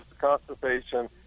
constipation